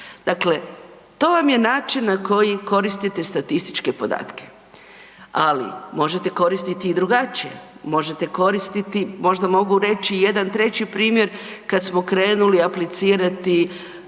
Dakle, to vam je način na koji koristite statističke podatke. Ali možete koristiti i drugačije, možete koristiti, možda mogu reć i jedan treći primjer kad smo krenuli aplicirati